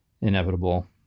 inevitable